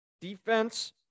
Defense